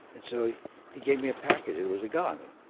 and so he gave me a package. it was a gun.